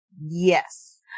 Yes